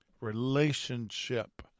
Relationship